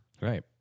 Right